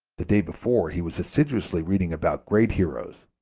the day before he was assiduously reading about great heroes.